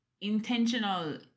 intentional